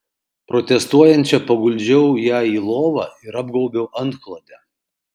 protestuojančią paguldžiau ją į lovą ir apgaubiau antklode